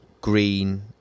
green